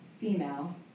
female